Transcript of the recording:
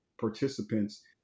participants